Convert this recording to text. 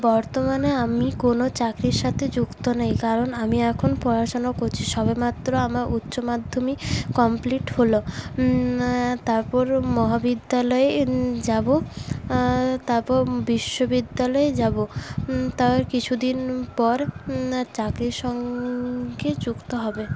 বর্তমানে আমি কোনো চাকরির সাথে যুক্ত নই কারণ আমি এখন পড়াশোনা করছি সবেমাত্র আমার উচ্চ মাধ্যমিক কমপ্লিট হলো তারপরে মহাবিদ্যালয়ে যাবো তারপর বিশ্ববিদ্যালয়ে যাবো তার কিছুদিন পর চাকরির সঙ্গে যুক্ত হবে